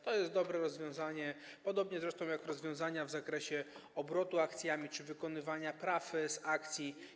To jest dobre rozwiązanie, podobnie zresztą jak rozwiązania w zakresie obrotu akcjami czy wykonywania praw z akcji.